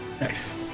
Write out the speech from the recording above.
Nice